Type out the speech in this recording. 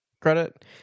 credit